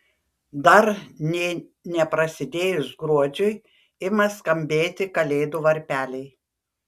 dar nė neprasidėjus gruodžiui ima skambėti kalėdų varpeliai